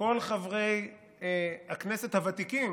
הכנסת הוותיקים,